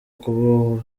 kuba